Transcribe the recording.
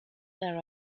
there